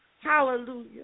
Hallelujah